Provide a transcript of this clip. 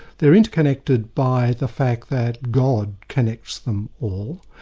they're interconnected by the fact that god connects them all.